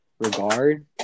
regard